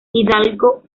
hidalgo